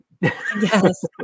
Yes